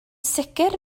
sicr